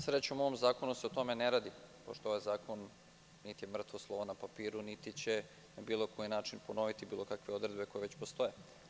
Srećom, u ovom zakonu se o tome ne radi, pošto ovo slovo niti je mrtvo slovo na papiru niti će na bilo koji način ponoviti bilo kakve odredbe koje već postoje.